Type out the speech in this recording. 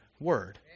Word